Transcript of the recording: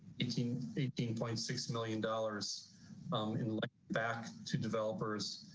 eighteen eighteen point six million dollars um in like back to developers.